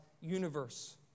universe